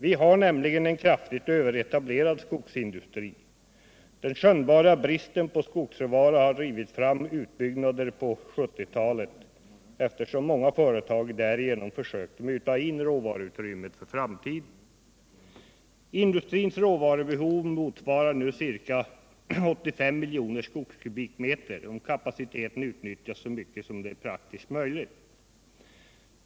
Vi har nämligen en kraftigt överetablerad skogsindustri. Den skönjbara bristen på skogsråvara hardrivit fram utbyggnader på 1970-talet, eftersom många företag därigenom har försökt ”muta in” råvaruutrymmet för framtiden. Industrins råvarubehov motsvarar nu ca 85 miljoner skogskubikmeter om kapaciteten utnyttjas så mycket som det är praktiskt möjligt.